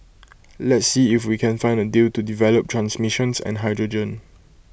let's see if we can find A deal to develop transmissions and hydrogen